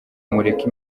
mureke